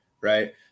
Right